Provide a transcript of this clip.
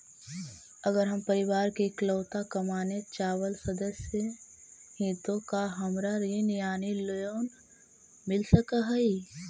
अगर हम परिवार के इकलौता कमाने चावल सदस्य ही तो का हमरा ऋण यानी लोन मिल सक हई?